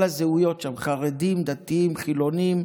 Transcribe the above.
כל הזהויות שם: חרדים, דתיים, חילונים.